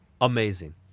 Amazing